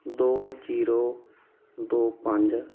ਦੋ ਜੀਰੋ ਦੋ ਪੰਜ